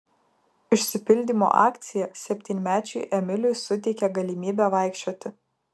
išsipildymo akcija septynmečiui emiliui suteikė galimybę vaikščioti